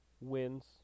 wins